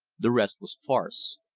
the rest was farce.